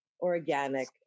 organic